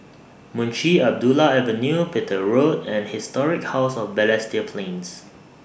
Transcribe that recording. Munshi Abdullah Avenue Petir Road and Historic House of Balestier Plains